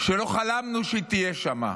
שלא חלמנו שהיא תהיה שם.